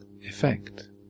effect